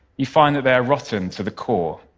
you find that they are rotten to the core,